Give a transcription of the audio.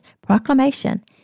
Proclamation